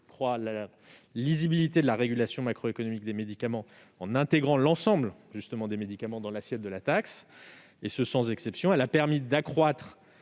amélioré la lisibilité de la régulation macroéconomique des médicaments en intégrant l'ensemble des médicaments dans l'assiette de la taxe, et ce sans exception. Elle a permis d'accroître